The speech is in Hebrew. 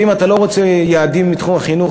ואם אתה לא רוצה יעדים מתחום החינוך,